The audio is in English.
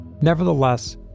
Nevertheless